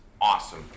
awesome